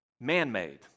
man-made